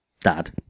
dad